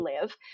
live